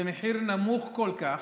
זה מחיר נמוך כל כך,